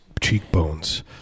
cheekbones